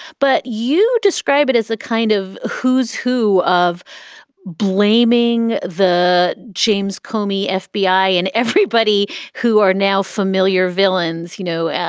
but you describe it as a kind of who's who of blaming the james comey ah fbi and everybody who are now familiar villains. you know,